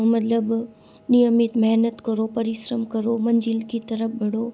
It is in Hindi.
मतलब नियमित मेहनत करो परिश्रम करो मंजिल की तरफ बढ़ो